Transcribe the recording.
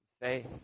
faith